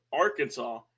Arkansas